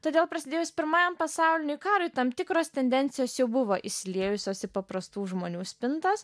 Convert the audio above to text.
todėl prasidėjus pirmajam pasauliniui karui tam tikros tendencijos jau buvo įsiliejusios į paprastų žmonių spintas